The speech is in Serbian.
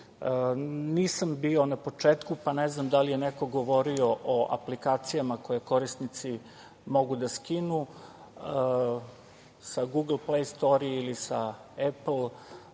Nisam bio na početku, pa ne znam da li je neko govorio o aplikacijama koje korisnici mogu da skinu sa google play store ili apple